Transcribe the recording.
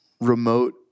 remote